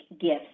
gifts